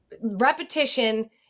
Repetition